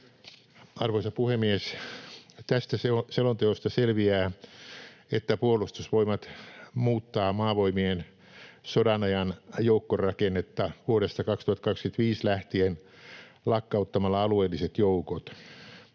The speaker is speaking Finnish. Arvoisa puhemies! Tästä selonteosta selviää, että Puolustusvoimat muuttaa Maavoimien sodanajan joukkorakennetta vuodesta 2025 lähtien lakkauttamalla alueelliset joukot.